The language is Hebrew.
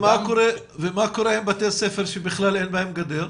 קורה עם בתי ספר שבכלל אין להם גדר?